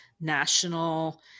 national